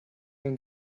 new